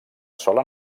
sola